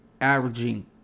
averaging